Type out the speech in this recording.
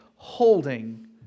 holding